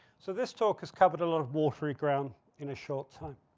so this talk has covered a lot of watery ground in a short time.